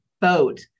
boat